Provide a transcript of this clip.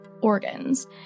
organs